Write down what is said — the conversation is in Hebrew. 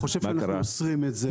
אני חושב שאנחנו אוסרים את זה.